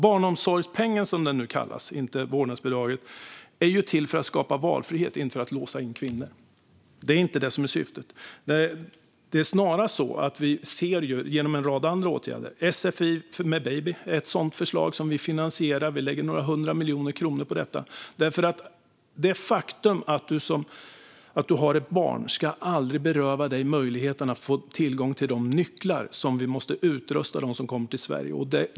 Barnomsorgspengen som den nu kallas, inte vårdnadsbidraget, är till för att skapa valfrihet och inte för att låsa in kvinnor. Det är inte syftet. Det är snarast så att vi föreslår en rad andra åtgärder: Sfi med baby är ett sådant förslag som vi finansierar. Vi lägger några hundra miljoner kronor på detta. Det faktum att du har ett barn ska aldrig beröva dig möjligheten att få tillgång till de nycklar som vi måste utrusta dem som kommer till Sverige med.